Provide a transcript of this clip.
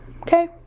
okay